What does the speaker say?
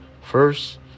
first